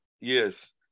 yes